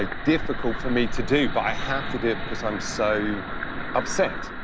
ah difficult for me to do, but i have to do it because i'm so upset,